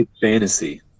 fantasy